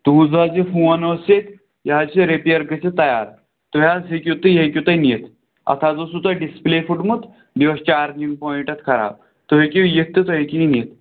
تُہنٛد حظ یہِ فون اوس ییٚتہِ یہِ حظ چھُ ریپِیَر گٔژھِتھ تَیار تُہۍ حظ ہیٚکِو تُہۍ ہیٚکِو تُہۍ نِتھ اَتھ حظ اوسوٕ تۄہہِ ڈِسپٕلے فُٹمُت بیٚیہِ اوس چارجِنٛگ پوایِِنٛٹ اَتھ خراب تُہۍ ہیٚکِو یِتھ تہٕ تُہۍ ہیٚکِو یہِ نِتھ